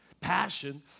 passion